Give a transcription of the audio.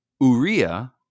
Uriah